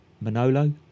Manolo